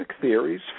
theories